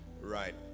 Right